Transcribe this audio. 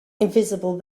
invisible